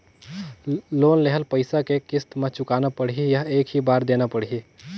Loan लेहल पइसा के किस्त म चुकाना पढ़ही या एक ही बार देना पढ़ही?